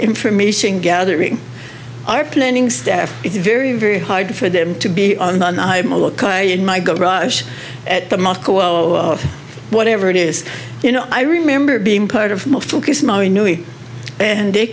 information gathering our planning staff it's very very hard for them to be in my garage at the mosque or whatever it is you know i remember being part of and they